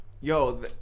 Yo